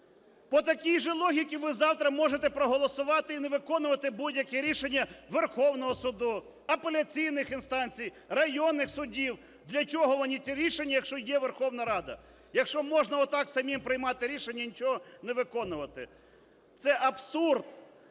По такій же логіці ви завтра можете проголосувати і не виконувати будь-яке рішення Верховного Суду, апеляційних інстанцій, районних судів. Для чого вони, ці рішення якщо є Верховна Рада, якщо можна отак самим приймати рішення і нічого не виконувати? Це абсурд,